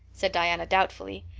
said diana doubtfully.